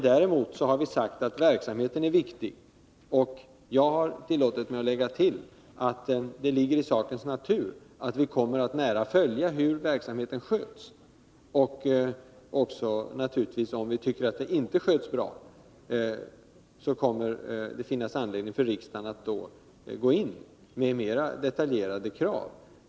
Däremot har vi sagt att verksamheten är viktig, och jag har tillåtit mig att lägga till, att det ligger i sakens natur att vi kommer att nära följa hur den sköts. Och naturligtvis kommer det, om vi tycker att den inte sköts bra, att finnas anledning för riksdagen att gå in med mera detaljerade krav.